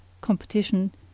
competition